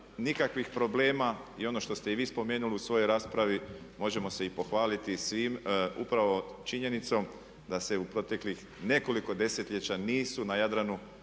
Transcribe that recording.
nikakvih problema i ono što ste i vi spomenuli u svojoj raspravi, možemo se i pohvaliti svim upravo činjenicom da se u proteklih nekoliko desetljeća nisu na Jadranu